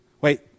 Wait